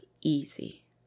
easy